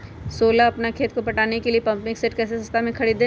सोलह अपना खेत को पटाने के लिए पम्पिंग सेट कैसे सस्ता मे खरीद सके?